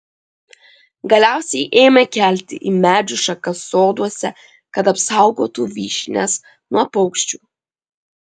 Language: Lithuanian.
galiausiai ėmė kelti į medžių šakas soduose kad apsaugotų vyšnias nuo paukščių